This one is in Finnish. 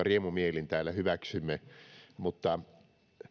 riemumielin täällä hyväksymme mutta